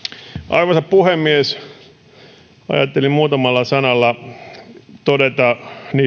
arvoisa puhemies ajattelin muutamalla sanalla todeta